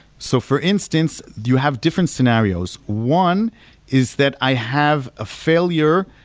so for instance, you have different scenarios one is that i have a failure,